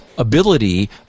ability